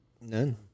None